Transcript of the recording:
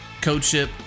CodeShip